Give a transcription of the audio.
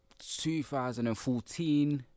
2014